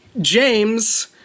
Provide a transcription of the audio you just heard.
James